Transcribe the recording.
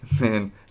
Man